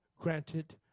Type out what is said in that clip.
granted